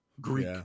Greek